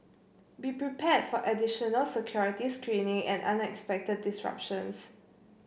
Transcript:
be prepared for additional security screening and unexpected disruptions